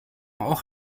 auch